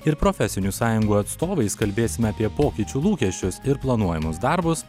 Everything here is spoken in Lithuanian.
ir profesinių sąjungų atstovais kalbėsime apie pokyčių lūkesčius ir planuojamus darbus